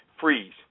Freeze